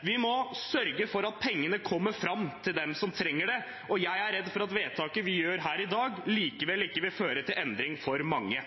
Vi må sørge for at pengene kommer fram til dem som trenger det, og jeg er redd for at vedtaket vi gjør her i dag, likevel ikke vil føre til endring for mange.